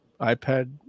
iPad